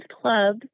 Club